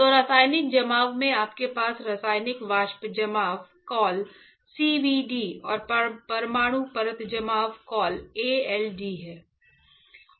तो रासायनिक जमाव में आपके पास रासायनिक वाष्प जमाव कॉल CVD और परमाणु परत जमाव कॉल ALD है